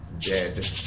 Dead